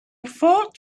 thought